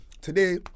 today